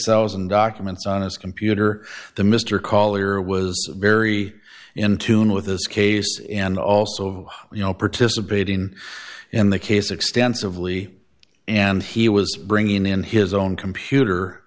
thousand documents on his computer the mr color was very in tune with this case and also you know participating in the case extensively and he was bringing in his own computer